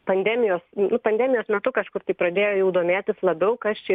pandemijos pandemijos metu kažkur tai pradėjo jau domėtis labiau kas čia